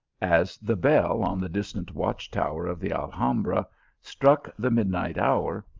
as the bell on the distant watch-tower of the alhambra struck the midnight hour,